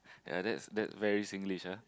ya that's that very Singlish ah